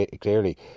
clearly